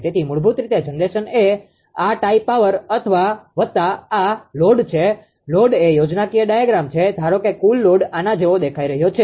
તેથી મૂળભૂત રીતે જનરેશન એ આ ટાઈ પાવર વત્તા આ લોડ છે લોડ એ યોજનાકીય ડાયાગ્રામ છે ધારો કે કુલ લોડ આના જેવો દેખાઈ રહ્યો છે